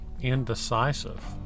indecisive